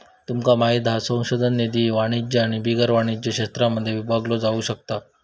तुमका माहित हा संशोधन निधी वाणिज्य आणि बिगर वाणिज्य क्षेत्रांमध्ये विभागलो जाउ शकता